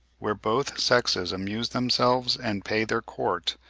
where both sexes amuse themselves and pay their court,